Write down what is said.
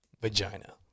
vagina